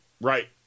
Right